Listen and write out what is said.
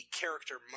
character